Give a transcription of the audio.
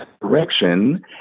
direction